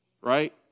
right